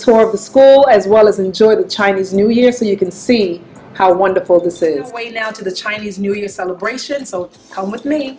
tour of the school as well as enjoy the chinese new year so you can see how wonderful now to the chinese new year celebrations or how much rea